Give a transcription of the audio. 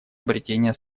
обретения